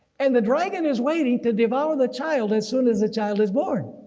and the dragon is waiting to devour the child as soon as the child is born.